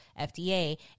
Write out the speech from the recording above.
FDA